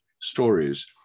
stories